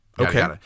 Okay